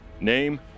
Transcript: Name